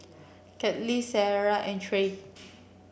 Kailee Sarrah and Trey